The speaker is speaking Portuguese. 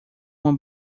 uma